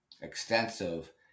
extensive